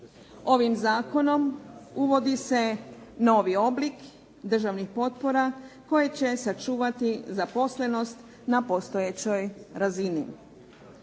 Ovim zakonom uvodi se novi oblik državnih potpora koje će sačuvati zaposlenost na postojećoj razini.